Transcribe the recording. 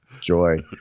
joy